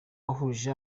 wahuje